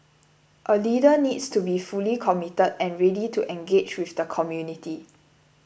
a leader needs to be fully committed and ready to engage with the community